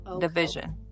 Division